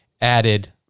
added